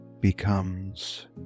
becomes